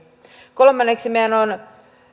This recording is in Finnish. kolmanneksi meidän on